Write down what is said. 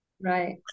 Right